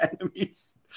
enemies